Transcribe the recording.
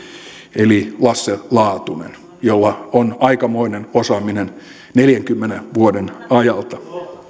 eli lasse laatunen jolla on aikamoinen osaaminen neljänkymmenen vuoden ajalta